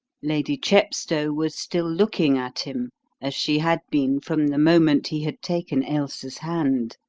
lady chepstow was still looking at him as she had been from the moment he had taken ailsa's hand.